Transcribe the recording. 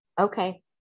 okay